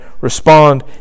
Respond